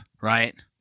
right